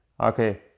okay